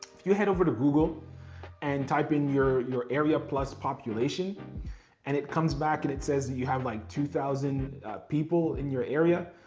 if you head over to google and type in your your area plus population and it comes back and it says you have like two thousand people in your area,